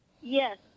Yes